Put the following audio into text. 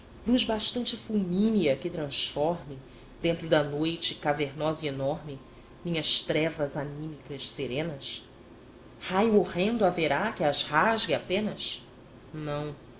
luz bastante fulmínea que transforme dentro da noite cavernosa e enorme minhas trevas anímicas serenas raio horrendo haverá que as rasgue apenas não